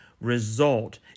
result